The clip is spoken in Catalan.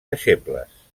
deixebles